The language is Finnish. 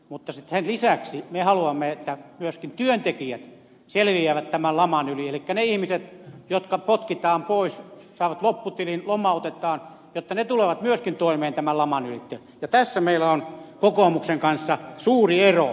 mutta sitten sen lisäksi me haluamme että myöskin työntekijät selviävät tämän laman yli elikkä ne ihmiset jotka potkitaan pois saavat lopputilin lomautetaan tulevat myöskin toimeen tämän laman ylitse ja tässä meillä on kokoomuksen kanssa suuri ero